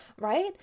Right